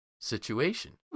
situation